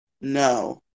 No